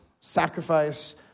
sacrifice